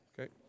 Okay